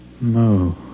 no